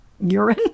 urine